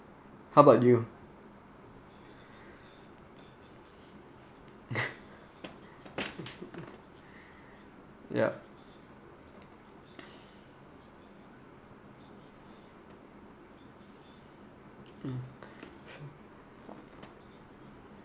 how about you yup mm